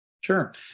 sure